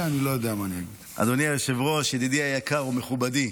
אדוני היושב-ראש, ידידי היקר ומכובדי,